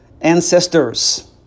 ancestors